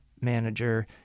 manager